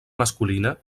masculina